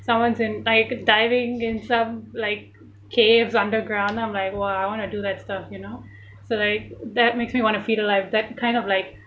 someone's in like diving in some like caves underground then I'm like !wah! I want to do that stuff you know so like that makes me want to feel alive that kind of like